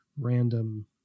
random